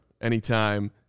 anytime